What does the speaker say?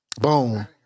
Boom